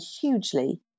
hugely